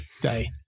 day